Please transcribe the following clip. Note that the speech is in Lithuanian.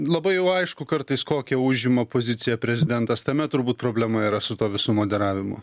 labai jau aišku kartais kokią užima poziciją prezidentas tame turbūt problema yra su tuo visu moderavimu